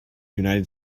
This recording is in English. united